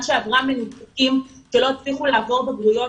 שעברה מנותקים ושלא הצליחו לעבור בגרויות.